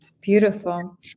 Beautiful